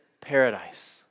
paradise